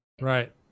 Right